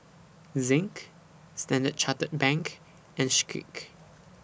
Zinc Standard Chartered Bank and Schick